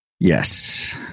Yes